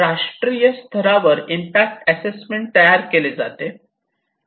राष्ट्रीय स्तरावर impact assessment तयार केले जाते